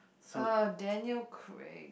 uh Daniel-Craig